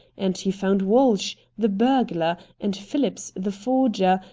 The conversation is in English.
and he found walsh, the burglar, and phillips, the forger,